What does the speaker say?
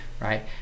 right